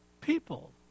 people